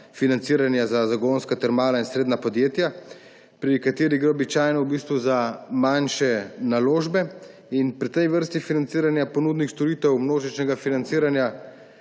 financiranja za zagonska ter mala in srednja podjetja, pri katerih gre običajno za manjše naložbe. Pri tej vrsti financiranja ponudnik storitev množičnega financiranja,